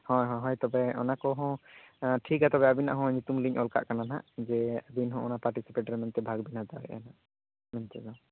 ᱦᱳᱭ ᱦᱳᱭ ᱛᱚᱵᱮ ᱚᱱᱟ ᱠᱚᱦᱚᱸ ᱴᱷᱤᱠ ᱜᱮᱭᱟ ᱛᱚᱵᱮ ᱟᱹᱵᱤᱱᱟᱜ ᱦᱚᱸ ᱧᱩᱛᱩᱢ ᱞᱤᱧ ᱚᱞ ᱠᱟᱜ ᱠᱟᱱᱟ ᱱᱟᱦᱟᱸᱜ ᱡᱮ ᱟᱵᱤᱱ ᱦᱚᱸ ᱚᱱᱟ ᱯᱟᱨᱴᱤᱥᱤᱯᱮᱴ ᱨᱮ ᱢᱮᱱᱛᱮ ᱵᱷᱟᱜ ᱵᱮᱱ ᱦᱟᱛᱟᱣᱮᱫᱼᱟ ᱦᱟᱸᱜ ᱢᱮᱱᱛᱮᱫᱚ